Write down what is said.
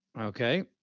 Okay